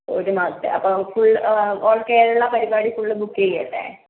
ഒരു മാസത്തെ അപ്പോൾ ഫുൾ ഓൾ കേരള പരിപ്പാടി ഫുള്ള് ബുക്ക് ചെയ്യട്ടെ